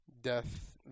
death